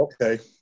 okay